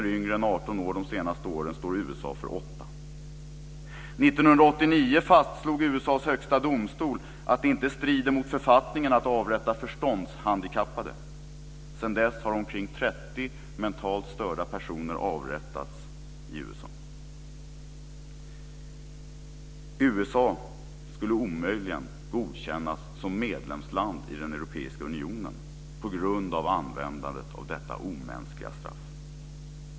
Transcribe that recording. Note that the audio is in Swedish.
1989 fastslog USA:s högsta domstol att det inte strider mot författningen att avrätta förståndshandikappade. Sedan dess har omkring 30 mentalt störda personer avrättats i USA. USA skulle omöjligen godkännas som medlemsland i den europeiska unionen på grund av användandet av detta omänskliga straff.